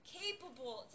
capable